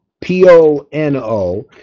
P-O-N-O